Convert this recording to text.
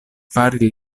fari